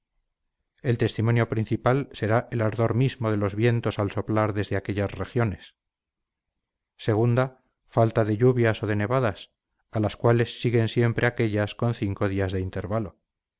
el testimonio principal será el ardor mismo de los vientos al soplar desde aquellas regiones segunda falta de lluvias o de nevadas a las cuales siguen siempre aquellas con cinco días de intervalo